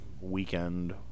weekend